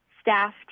staff